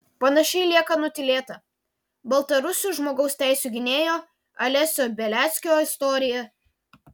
panašiai lieka nutylėta baltarusių žmogaus teisių gynėjo alesio beliackio istorija